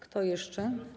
Kto jeszcze?